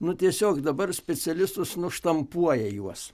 nu tiesiog dabar specialistus štampuoja juos